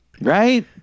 Right